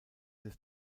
des